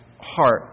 heart